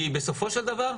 כי בסופו של דבר,